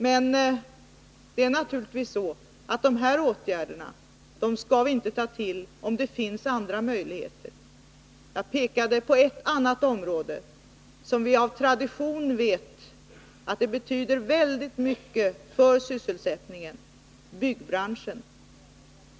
Men naturligtvis skall vi inte ta till de här åtgärderna om det finns andra möjligheter. Jag pekade på ett annat område som vi vet av tradition betyder väldigt mycket för sysselsättningen, nämligen byggbranschen.